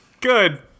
Good